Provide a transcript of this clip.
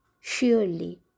surely